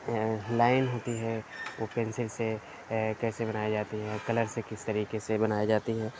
line ہوتی ہے وہ پنسل سے کیسے بنائی جاتی ہے کلر سے کس طریقے سے بنائی جاتی ہے